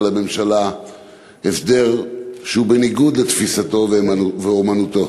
הממשלה הסדר שהוא בניגוד לתפיסתו ואמונתו.